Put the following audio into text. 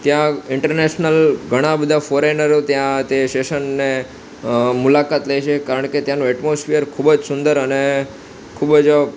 ત્યાં ઇન્ટરનેસનલ ઘણા બધા ફોરેનરો ત્યાં તે સેશનને મુલાકાત લે છે કારણ કે ત્યાંનું એટમોસ્ફીયર ખૂબજ સુંદર અને ખૂબ જ